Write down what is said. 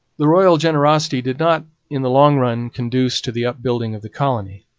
the royal generosity did not in the long run conduce to the upbuilding of the colony,